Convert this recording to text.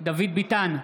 דוד ביטן,